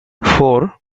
four